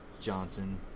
Johnson